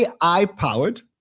AI-powered